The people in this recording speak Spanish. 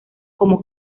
como